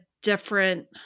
different